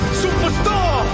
superstar